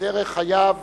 ודרך חייו